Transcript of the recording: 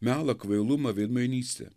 melą kvailumą veidmainystę